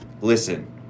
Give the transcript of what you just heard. listen